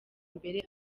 mbere